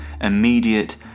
immediate